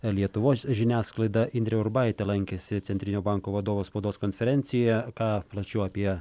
lietuvos žiniasklaida indrė urbaitė lankėsi centrinio banko vadovo spaudos konferencijoje ką plačiau apie